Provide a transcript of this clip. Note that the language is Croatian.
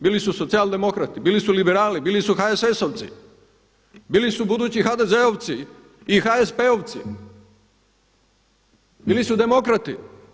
Bili su socijaldemokrati, bili su liberali, bili su HSS-ovci, bili su budući HDZ-ovci i HSP-ovci, bili su demokrati.